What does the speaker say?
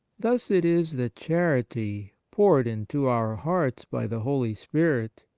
thus it is that chanty poured into our hearts by the holy spirit,